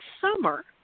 summer